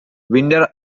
winters